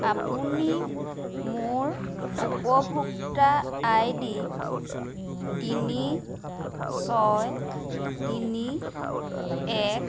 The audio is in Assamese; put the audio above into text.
আপুনি মোৰ উপভোক্তা আই ডি তিনি ছয় তিনি এক